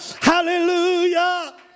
hallelujah